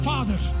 Father